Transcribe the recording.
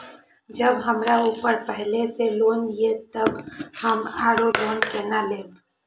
जब हमरा ऊपर पहले से लोन ये तब हम आरो लोन केना लैब?